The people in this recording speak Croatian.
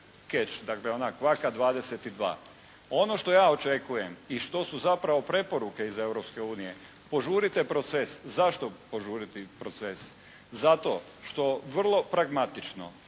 dakle ona kvaka 22. Ono što ja očekujem i što su zapravo preporuke iz Europske unije požurite proces. Zašto požuriti proces? Zato što vrlo pragmatično